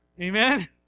Amen